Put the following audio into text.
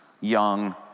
young